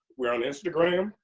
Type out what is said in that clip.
we're on instagram,